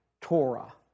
Torah